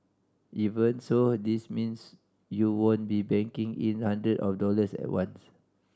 even so this means you won't be banking in hundred of dollars at once